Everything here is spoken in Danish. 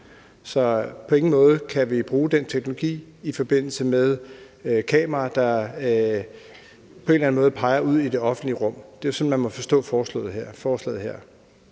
kan på ingen måde bruge den teknologi i forbindelse med kameraer, der på en eller anden måde peger ud i det offentlige rum. Det er sådan, man må forstå forslaget her.